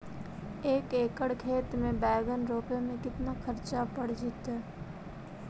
एक एकड़ खेत में बैंगन रोपे में केतना ख़र्चा पड़ जितै?